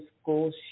school